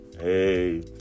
Hey